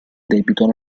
debito